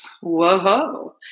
Whoa